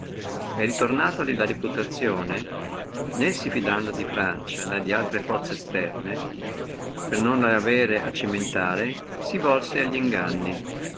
e ritornatoli la reputazione né si fidando di francia né di altre forze esterne per non le avere a cimentare si volse alli inganni